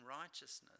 righteousness